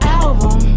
album